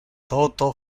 toto